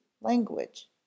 language